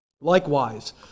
Likewise